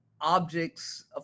objects